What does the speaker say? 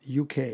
UK